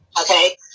Okay